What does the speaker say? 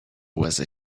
weather